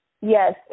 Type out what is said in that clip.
Yes